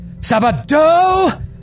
Sabado